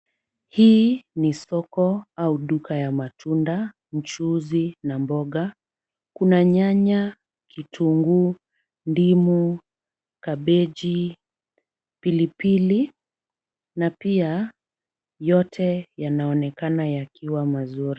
Hii ni soko au duka ya matunda, mchuzi na mboga . Kuna nyanya kitunguu, ndimu, kabeji na pilipili na pia yote yanaonekana yakiwa mazuri.